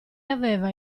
aveva